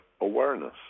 awareness